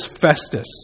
Festus